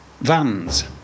vans